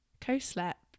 co-slept